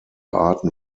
arten